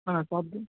હા તો આપજોને